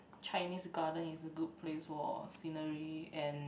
Chinese Garden is a good place for scenery and